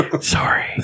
Sorry